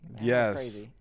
Yes